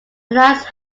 analyse